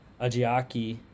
Ajiaki